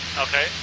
Okay